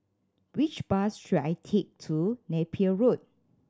which bus should I take to Napier Road